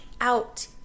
out